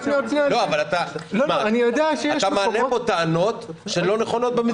אתה מעלה פה טענות לא נכונות.